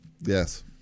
Yes